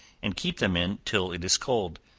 and keep them in till it is cold,